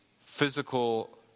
physical